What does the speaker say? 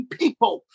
people